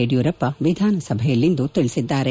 ಯಡಿಯೂರಪ್ಪ ವಿಧಾನಸಭೆಯಲ್ಲಿಂದು ತಿಳಿಸಿದ್ದಾರೆ